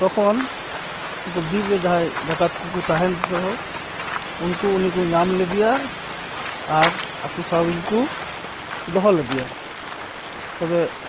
ᱛᱚᱠᱷᱚᱱ ᱩᱱᱠᱩ ᱵᱤᱨᱨᱮ ᱡᱟᱦᱟᱸᱭ ᱰᱟᱠᱟᱛ ᱠᱚ ᱠᱚ ᱛᱟᱦᱮᱱ ᱨᱮᱦᱚᱸ ᱩᱱᱠᱩ ᱩᱱᱤ ᱠᱚ ᱧᱟᱢ ᱞᱮᱫᱮᱭᱟ ᱟᱨ ᱟᱠᱚ ᱥᱟᱶ ᱨᱮᱜᱮᱠᱚ ᱫᱚᱦᱚ ᱞᱮᱫᱮᱭᱟ ᱛᱚᱵᱮ